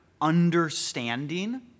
understanding